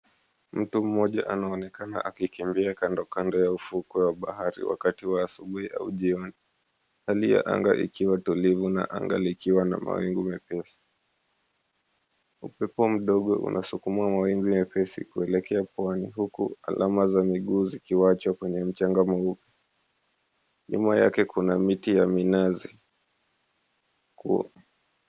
Mtu mmoja anaonekana akikimbia kandokando ya ufukwe wa bahari wakati wa asubuhi au jioni. Hali ya anga ikiwa tulivu na anga likiwa na mawingu mepesi. Upepo mdogo unasukuma mawimbi mepesi kuelekea pwani huku alama za miguu zikiwachwa kwenye mchanga mweupe. Nyuma yake kuna miti ya minazi.